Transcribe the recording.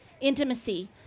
intimacy